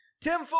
Tim